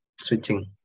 switching